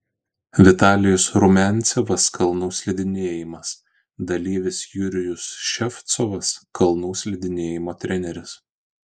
vitalijus rumiancevas kalnų slidinėjimas dalyvis jurijus ševcovas kalnų slidinėjimo treneris